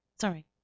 Sorry